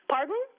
Pardon